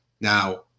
Now